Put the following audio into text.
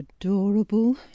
adorable